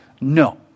No